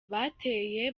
bateye